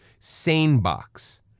SaneBox